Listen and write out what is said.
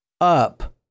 up